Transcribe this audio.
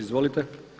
Izvolite.